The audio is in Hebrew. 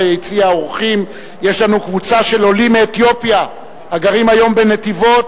ביציע האורחים יש לנו קבוצה של עולים מאתיופיה הגרים היום בנתיבות,